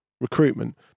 recruitment